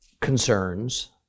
concerns